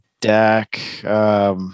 Dak